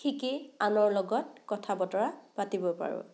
শিকি আনৰ লগত কথা বতৰা পাতিব পাৰোঁ